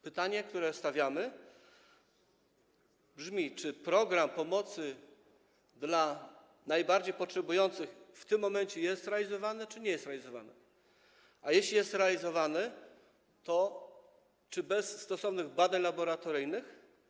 Pytanie, które stawiamy, brzmi: Czy program pomocy dla najbardziej potrzebujących w tym momencie jest realizowany, czy nie jest realizowany, a jeśli jest realizowany, to czy bez stosownych badań laboratoryjnych?